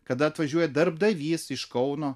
kada atvažiuoja darbdavys iš kauno